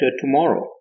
tomorrow